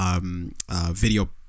video